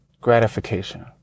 gratification